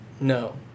No